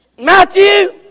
Matthew